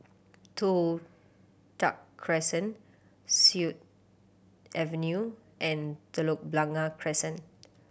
Toh Tuck Crescent Sut Avenue and Telok Blangah Crescent